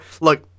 look